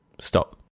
stop